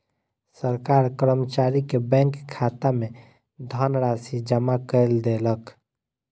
सरकार कर्मचारी के बैंक खाता में धनराशि जमा कय देलक